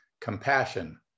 compassion